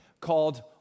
called